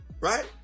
Right